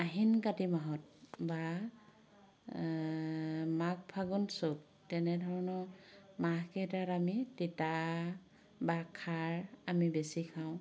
আহিন কাতি মাহত বা মাঘ ফাগুন চ'ত তেনেধৰণৰ মাহকেইটাত আমি তিতা বা খাৰ আমি বেছি খাওঁ